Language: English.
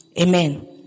Amen